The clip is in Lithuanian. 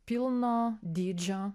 pilno dydžio